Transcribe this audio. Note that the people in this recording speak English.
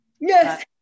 yes